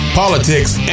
politics